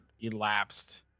elapsed